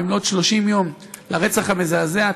במלאות 30 יום לרצח המזעזע,